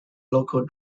local